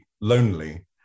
lonely